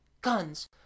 guns